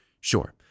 Sure